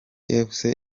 efuse